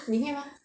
你会吗